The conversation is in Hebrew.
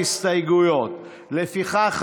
לפיכך,